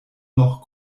noch